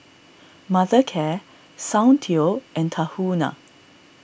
Mothercare Soundteoh and Tahuna